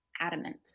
adamant